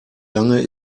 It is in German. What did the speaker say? lange